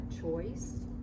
choice